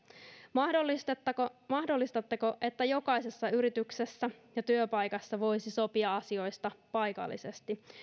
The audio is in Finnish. mahdollistatteko mahdollistatteko että jokaisessa yrityksessä ja työpaikassa voisi sopia asioista paikallisesti